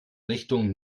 richtung